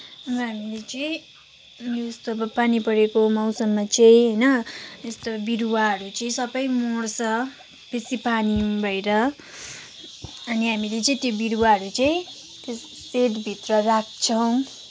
अब हामीले चाहिँ यस्तो अब पानी परेको मौसममा चाहिँ होइन यस्तो बरुवाहरू चाहिँ सबै मर्छ बेसी पानी भएर अनि हामीले चाहिँ त्यो बिरुवाहरू चाहिँ सेड भित्र राख्छौँ